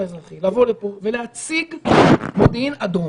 האזרחי לבוא לפה ולהציג מודיעין אדום,